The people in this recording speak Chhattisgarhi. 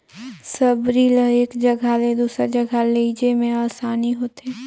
सबरी ल एक जगहा ले दूसर जगहा लेइजे मे असानी होथे